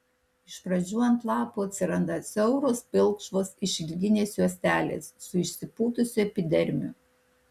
iš pradžių ant lapų atsiranda siauros pilkšvos išilginės juostelės su išsipūtusiu epidermiu